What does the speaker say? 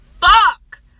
fuck